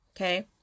okay